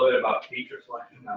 about feature selection,